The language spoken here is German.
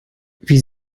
wie